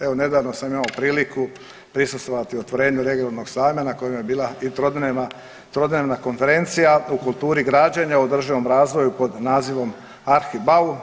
Evo nedavno sam imao priliku prisustvovati otvorenju regionalnog sajma na kojem je bila i trodnevna konferencija o kulturi građenja, održivom razvoju pod nazivom ArhiBau.